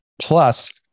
Plus